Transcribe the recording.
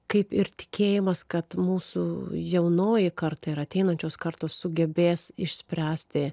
kaip ir tikėjimas kad mūsų jaunoji karta ir ateinančios kartos sugebės išspręsti